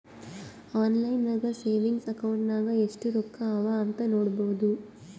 online ನಾಗೆ savings account ನಾಗ್ ಎಸ್ಟ್ ರೊಕ್ಕಾ ಅವಾ ಅಂತ್ ನೋಡ್ಬೋದು